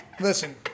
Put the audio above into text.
listen